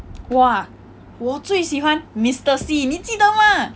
我啊我最喜欢 mister see 你记得吗